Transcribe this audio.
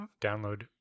download